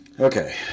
Okay